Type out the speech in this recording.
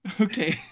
Okay